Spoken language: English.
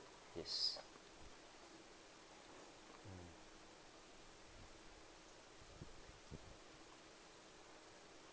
yes mm